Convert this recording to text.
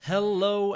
Hello